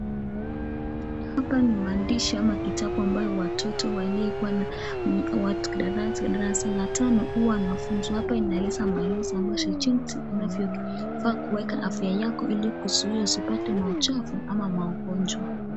Hapa ni maandishi ama kitabu ambaye watoto waliyekuwa kua ni wa darasa la tano huwa wanafunzwa. Hapa inaeleza maelezo jinsi tunavyofaa kueka afya yako ili kuzuia usipate mauchafu ama magonjwa.